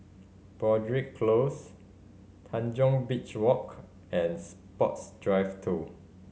Broadrick Close Tanjong Beach Walk and Sports Drive Two